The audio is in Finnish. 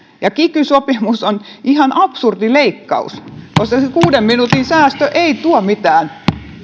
ja kiky sopimus on ihan absurdi leikkaus koska se kuuden minuutin säästö ei tuo mitään